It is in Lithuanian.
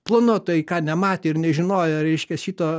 planuotojai ką nematė ir nežinojo reiškia šito